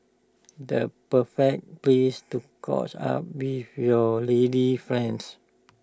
the perfect place to caught up with your lady friends